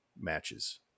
matches